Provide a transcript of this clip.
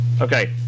Okay